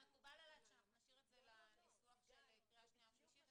את הניסוח המדויק של זה נשאיר בין קריאה שנייה ושלישית.